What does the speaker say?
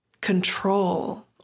control